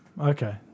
Okay